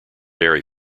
dairy